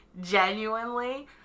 genuinely